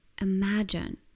imagine